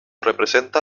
representa